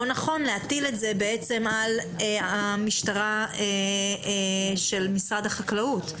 או נכון להטיל את זה על המשטרה של משרד החקלאות?